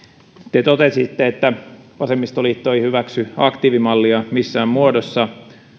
te totesitte että vasemmistoliitto ei hyväksy aktiivimallia missään muodossa